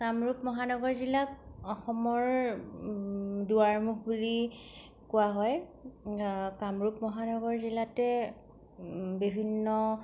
কামৰূপ মহানগৰ জিলাক অসমৰ দুৱাৰমুখ বুলি কোৱা হয় কামৰূপ মহানগৰ জিলাতে বিভিন্ন